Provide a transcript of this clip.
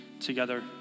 together